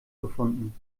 gefunden